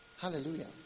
Hallelujah